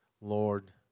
Lord